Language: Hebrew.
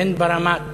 הן ברמת